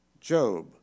Job